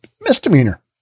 Misdemeanor